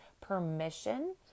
permission